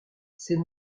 c’est